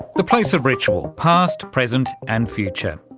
the place of ritual, past present and future.